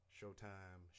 Showtime